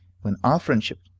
when our friendship,